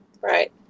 Right